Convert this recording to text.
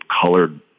colored